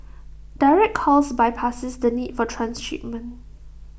direct calls bypasses the need for transshipment